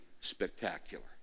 spectacular